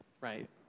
right